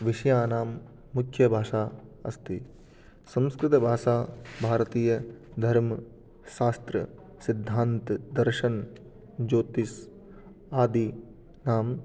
विषयाणां मुख्यभाषा अस्ति संस्कृतभाषा भारतीय धर्मः शास्त्रं सिद्धान्तः दर्शनं ज्योतिष्यम् आदिनाम्